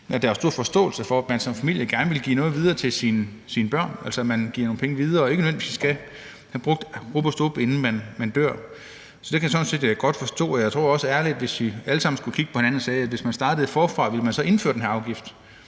der er stor forståelse for, at man som familie gerne vil give noget videre til sine børn – altså, at man giver nogle penge videre og ikke nødvendigvis skal have brugt rub og stub, inden man dør. Så det kan jeg sådan set godt forstå, og hvis vi alle sammen skulle kigge hinanden i øjnene og spørge, om man ville have indført den her afgift,